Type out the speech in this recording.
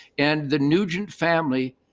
and the nugent family,